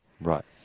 Right